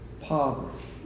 poverty